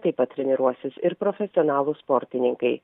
taip pat treniruosis ir profesionalūs sportininkai